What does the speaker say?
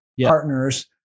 partners